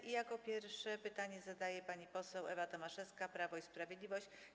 I jako pierwsza pytanie zadaje pani poseł Ewa Tomaszewska, Prawo i Sprawiedliwość.